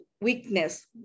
weakness